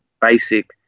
basic